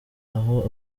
aho